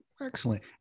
excellent